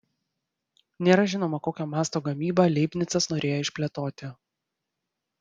nėra žinoma kokio masto gamybą leibnicas norėjo išplėtoti